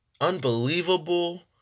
unbelievable